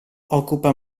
occupa